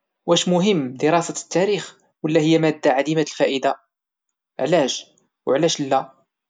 واش مهم دراسة التاريخ ولا هي مادة عديمة الفائده علاش ولا علاش لا؟